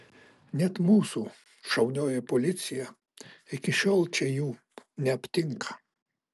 net mūsų šaunioji policija iki šiol čia jų neaptinka